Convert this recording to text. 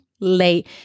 late